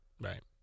Right